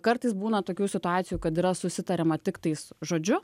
kartais būna tokių situacijų kad yra susitariama tiktais žodžiu